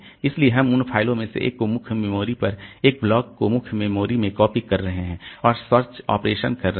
इसलिए हम उन फ़ाइलों में से एक को मुख्य मेमोरी पर एक ब्लॉक को मुख्य मेमोरी में कॉपी कर रहे हैं और सर्च ऑपरेशन कर रहे हैं